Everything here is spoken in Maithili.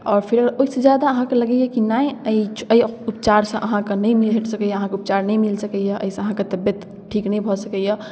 आओर फेर ओहिसँ ज्यादा अहाँके लगैए कि नहि एहि उपचारसँ अहाँके नहि निहटि सकैए अहाँके उपचार नहि मिल सकैए एहिसँ अहाँके तबियत ठीक नहि भऽ सकैए